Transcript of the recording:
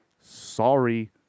Sorry